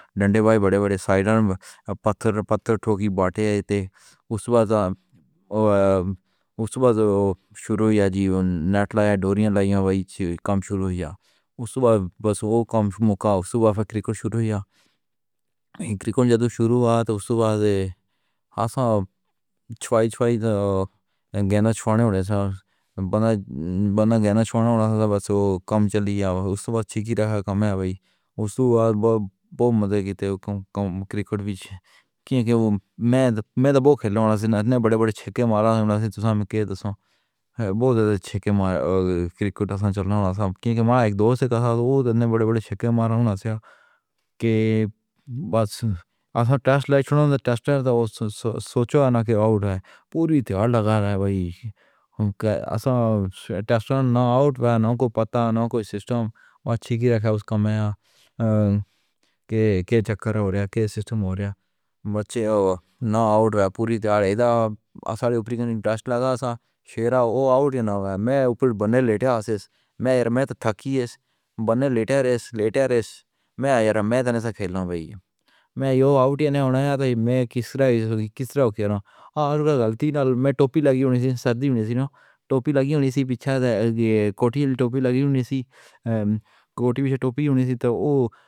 ڈنڈے بھائی، بڑے بڑے سائٹرن پتھر پتھر ٹوکی باٹھے تے اس باض اب اس باض شروع ہوئی جی۔ نیٹ لایا، ڈوریاں لائی ہوئی تھیں، کام شروع ہویا اس باض۔ بس وہ کام مکہ صبح کرکٹ شروع ہوئی اے۔ کرکٹ جدوں شروع ہویا، تو اس باض آسان چھوائے چھوائے گیند چھوڑنی ہو رہی تھی، بننا بننا گیند چھوڑنی اے۔ بس وہ کم چلی آئی اس باض، چھکی رکھا کمیا ہوئی اس باض۔ بہت مزے کیتے ہو کرکٹ وچ، میں نے بہت کھیلا، سنہرے بڑے بڑے چھکے مارا۔ تے تو سا میں کے دسا، بہت چھکے کریکٹرن چلنا ہونا تھا، کیونکہ مایا ایک دوست تھا، اوہ اتنے بڑے بڑے چھکے مارا نا سیا کے بس آسان ٹیسٹ لائے۔ ٹسٹرڈ سوچو انا کہ آؤٹ ہے، پوری تیار لگا رہا ہے۔ بھائی، ہم آسان ٹاسک نا آؤٹ پہ، نا کوئی پتا، نا کوئی سسٹم اچھی رکھے۔ اس کم میاں کے چکر ہو رہا ہے کے سسٹم ہو رہا ہے، مرچ او نا آؤٹ ہے، پوری تیار آسان اوپر ڈس لگا سا۔ شیرا او آؤٹ نہ ہوا، میں اوپر بنے لیٹے میں۔ ارے میں تہ تھکی اس بنے لیٹے رہیس لے ٹیرس میں۔ یاار، میں نے کہا کہ میں یو آؤٹ ہو نا یا تائے، میں کس طرح کس طرح کھیلو غلطی نال۔ میں ٹوپی لگی ہوئی، سردی نہ ٹوپی لگی ہوئی سی۔ پیچیدہ کتھی ٹوپی لگی ہوئی سی، گوتی پچھل ٹوپی ہونی تھی تو وہ۔